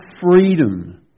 freedom